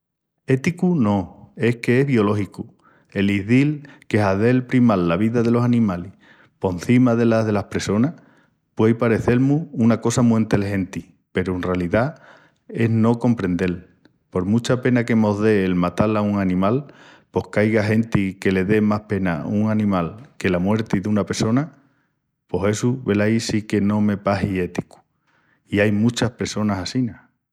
Éticu no, es que es biológicu. El izil que hazel primal la vida delos animalis porcima dela delas pressonas puei parecel-mus una cosa mu enteligenti peru, en ralidá, es no comprendel. Por mucha pena que mos dé el matal a un animal, pos qu'aiga genti que le dea más pena un animal que la muerti duna pressona... pos essu velaí si que no me pahi éticu... i ain muchas pressonas assina.